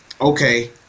okay